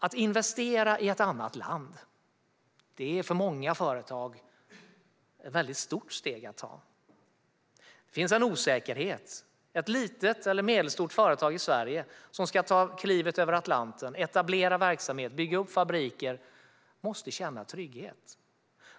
Att investera i ett annat land är för många företag ett väldigt stort steg att ta. Det finns en osäkerhet. Ett litet eller medelstort företag i Sverige som ska ta klivet över Atlanten och etablera verksamhet och bygga upp fabriker måste känna trygghet.